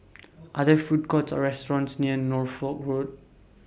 Are There Food Courts Or restaurants near Norfolk Road